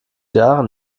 jahren